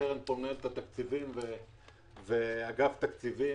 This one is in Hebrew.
עם נציגת אגף התקציבים